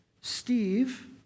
Steve